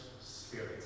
spirit